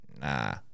Nah